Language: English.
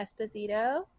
Esposito